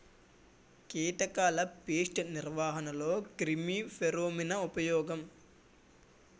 కీటకాల పేస్ట్ నిర్వహణలో క్రిమి ఫెరోమోన్ ఉపయోగం